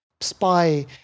spy